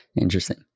interesting